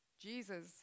Jesus